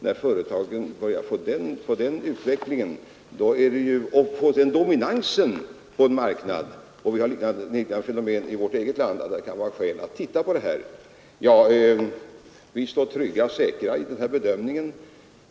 När företag börjar få den dominansen på en marknad — vi har liknande fenomen i vårt eget land — då kan det vara skäl att titta på det hela. Vi står trygga och säkra i den här bedömningen.